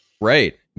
right